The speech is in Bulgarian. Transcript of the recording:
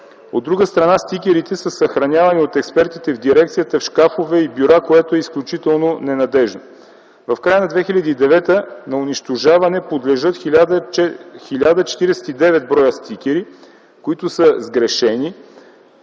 От друга страна, стикерите са съхранявани от експертите в дирекцията в шкафове и бюра, което е изключително ненадеждно. В края на 2009 г. на унищожаване подлежат 1049 бр. стикери, които са сгрешени,